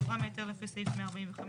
פטורה מהיתר לפי סעיף 145,